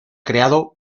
creado